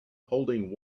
holding